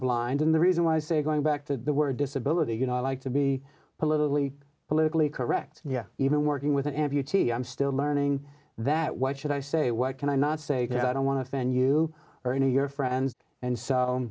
blind and the reason why i say going back to the word disability you know i like to be politically politically correct yeah even working with an amputee i'm still learning that what should i say what can i not say that i don't want to offend you or any of your friends and so